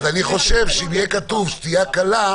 אני חושב שאם יהיה כתוב שתייה קלה,